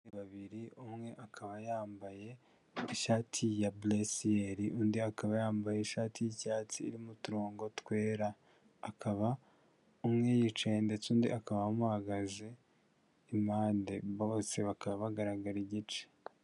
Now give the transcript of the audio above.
Ni babiri, umwe akaba yambaye ishati ya buresiyeiri, undi akaba yambaye ishati y'icyatsi irimo uturongo twera, akaba umwe yicaye ndetse undi akaba amuhagaze impande, bose bakaba bagaragara igice.